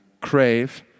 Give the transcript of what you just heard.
crave